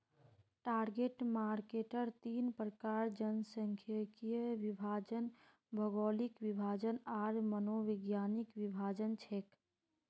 target मार्केटेर तीन प्रकार जनसांख्यिकीय विभाजन, भौगोलिक विभाजन आर मनोवैज्ञानिक विभाजन छेक